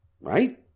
right